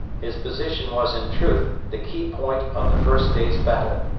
his position was in truth the key-point of the first day's battle.